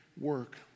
work